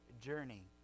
journey